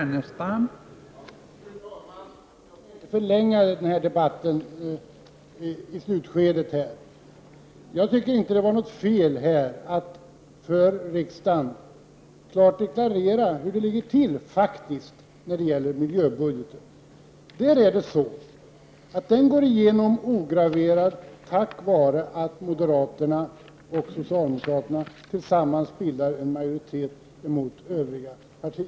Fru talman! Jag skall inte förlänga denna debatt i slutskedet. Jag tycker inte att det var fel att klart deklarera för denna kammare hur det faktiskt ligger till när det gäller miljöbudgeten. Den går igenom ograverad på grund av att moderaterna och socialdemokraterna tillsammans bildar en majoritet emot övriga partier.